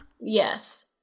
Yes